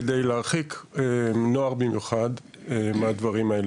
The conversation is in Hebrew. כדי להרחיק נוער במיוחד מהדברים האלו.